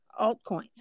altcoins